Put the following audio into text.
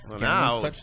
Now